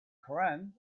koran